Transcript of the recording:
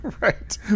Right